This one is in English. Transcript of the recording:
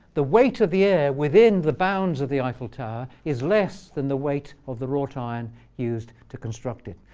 the weight of the air within the bounds of the eiffel tower is less than the weight of the wrought iron used to construct it.